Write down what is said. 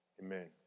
Amen